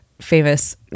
famous